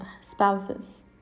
spouses